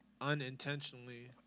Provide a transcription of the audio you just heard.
unintentionally